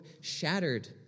shattered